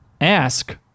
Ask